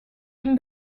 eben